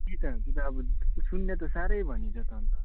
त्यही त त्यो त अब शून्य त साह्रै भयो नि त त्यो त अन्त